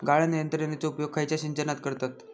गाळण यंत्रनेचो उपयोग खयच्या सिंचनात करतत?